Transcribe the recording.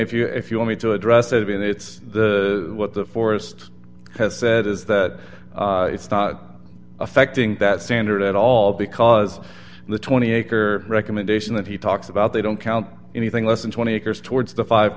if you if you want me to address it i mean it's what the forest has said is that it's not affecting that standard at all because the twenty acre recommendation that he talks about they don't count anything less than twenty acres towards the five